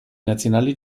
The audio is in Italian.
nazionali